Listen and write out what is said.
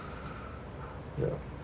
ya